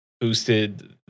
boosted